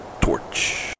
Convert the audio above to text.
Torch